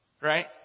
Right